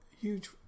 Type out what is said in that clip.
Huge